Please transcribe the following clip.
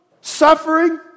suffering